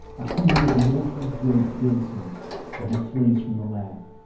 a feeling of mortal dread fills him and he flees from the lab.